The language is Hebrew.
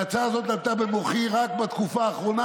ההצעה הזאת עלתה במוחי רק בתקופה האחרונה,